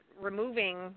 removing